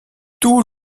tout